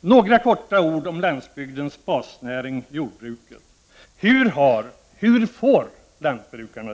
Några korta ord om landsbygdens basnäring jordbruket: Hur har lantbrukarna det? Hur får de det?